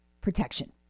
Protection